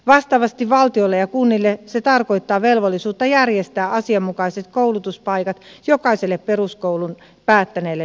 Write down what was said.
vastaavasti valtiolle ja kunnille se tarkoittaa velvollisuutta järjestää asianmukaiset koulutuspaikat jokaiselle peruskoulun päättäneelle nuorelle